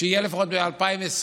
שיהיה לפחות ב-2020.